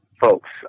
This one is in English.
folks